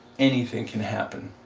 anything can happen